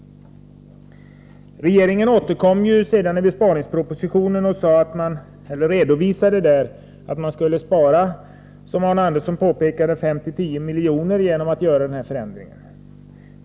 Regeringen återkom sedan i besparingspropositionen och redovisade där att man skulle spara, som Arne Andersson påpekade, 5-10 milj.kr. genom att genomföra denna förändring.